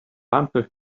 answer